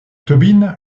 tobin